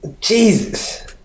Jesus